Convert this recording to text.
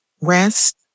rest